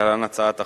להלן: הצעת החוק,